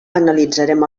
analitzarem